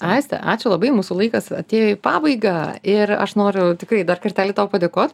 aiste ačiū labai mūsų laikas atėjo į pabaigą ir aš noriu tikrai dar kartelį tau padėkot